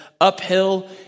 Uphill